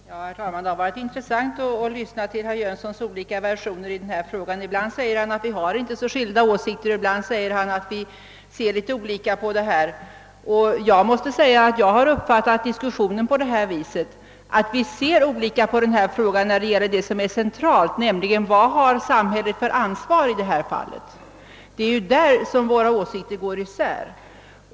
Herr talman! Det har varit intressant att lyssna till herr Jönssons i Malmö olika versioner. Ibland säger han att vi inte har så skilda åsikter, ibland att vi ser olika på denna fråga. Jag har uppfattat diskussionen så att vi ser olika på den centrala frågan vilket ansvar samhället har i detta fall; det är därom våra åsikter går isär.